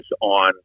on